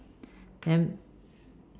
then